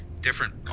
different